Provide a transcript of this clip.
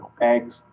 eggs